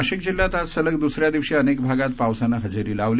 नाशिक जिल्ह्यात आज सलग दुसऱ्या दिवशी अनेक भागात पावसान हजेरी लावली